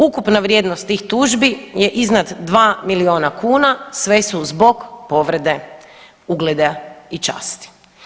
Ukupna vrijednost tih tužbi je iznad dva milijuna kuna, sve su zbog povrede ugleda i časti.